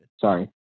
Sorry